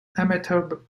amateur